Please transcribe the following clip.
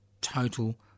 total